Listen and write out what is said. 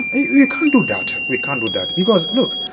we we can't do that. we can't do that because look